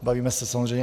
Bavíme se samozřejmě...